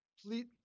complete